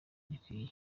gikwiriye